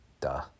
Duh